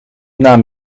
naam